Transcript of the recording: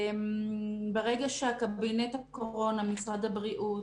ברגע שקבינט הקורונה, משרד הבריאות,